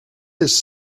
his